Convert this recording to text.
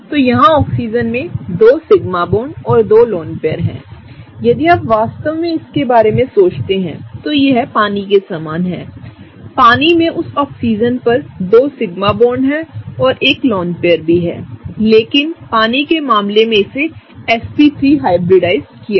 तो यहाँ ऑक्सीजन में 2 सिग्मा बॉन्ड और 2 लोन पेयर हैंयदि आप वास्तव में इसके बारे में सोचते हैं तो यह पानी के समान हैपानी में उस ऑक्सीजन पर 2 सिग्मा बॉन्ड भी हैं और एक लोन पेयर भी है लेकिन पानी के मामले में इसे sp3 हाइब्रिडाइज्ड किया गया